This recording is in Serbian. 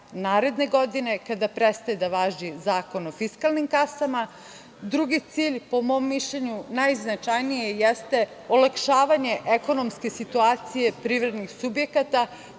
naredne godine, kada prestaje da važi Zakon o fiskalnim kasama; drugi cilj, po mom mišljenju najznačajniji, jeste – olakšavanje ekonomske situacije privrednih subjekata